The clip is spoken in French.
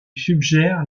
suggère